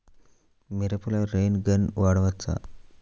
మిరపలో rain gun వాడవచ్చా?